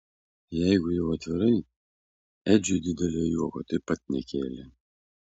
jeigu jau atvirai edžiui didelio juoko taip pat nekėlė